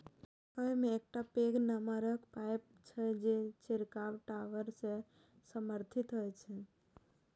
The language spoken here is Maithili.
अय मे एकटा पैघ नमहर पाइप होइ छै, जे छिड़काव टावर सं समर्थित होइ छै